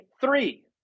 three